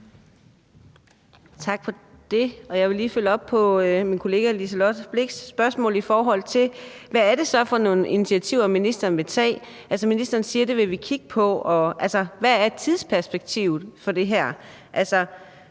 Tak for det. Jeg vil lige følge op på min kollega Liselott Blixts spørgsmål, i forhold til hvad det så er for nogle initiativer, ministeren vil tage. Ministeren siger, at det vil man kigge på. Altså, hvad er tidsperspektivet for det her?